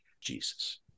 Jesus